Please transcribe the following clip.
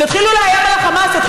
תתחילו לאיים על החמאס, תודה.